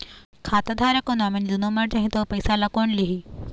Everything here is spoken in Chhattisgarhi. खाता धारक अऊ नोमिनि दुनों मर जाही ता ओ पैसा ला कोन लिही?